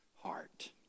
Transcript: heart